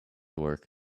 work